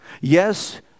Yes